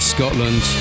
Scotland